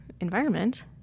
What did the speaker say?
environment